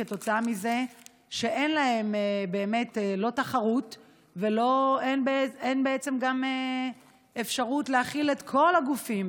כתוצאה מזה שאין להם תחרות ואין בעצם גם אפשרות להכיל את כל הגופים.